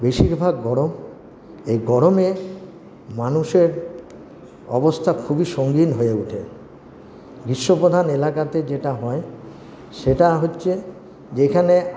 বেশিরভাগ গরম এই গরমে মানুষের অবস্থা খুবই সঙ্গিন হয়ে ওঠে গ্রীষ্মপ্রধান এলাকাতে যেটা হয় সেটা হচ্ছে যে এখানে